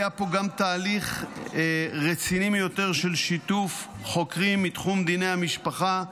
היה פה גם תהליך רציני ביותר של שיתוף חוקרים מתחום דיני המשפחה,